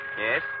Yes